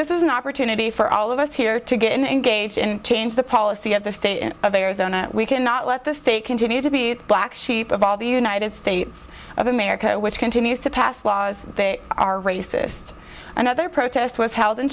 this is an opportunity for all of us here to get engaged in change the policy of the state of arizona we cannot let the state continue to be the black sheep of all the united states of america which continues to pass laws that are racist another protest was held in